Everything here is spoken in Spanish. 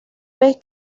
vez